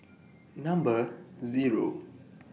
Number Zero